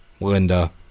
Linda